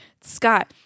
Scott